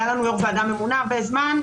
היה לנו יו"ר ועדה ממונה הרבה זמן.